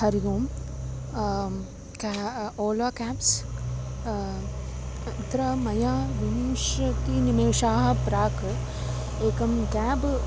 हरिः ओम् क्या ओला क्याब्स् अत्र मया विंशतिनिमेषाः प्राक् एकं क्याब्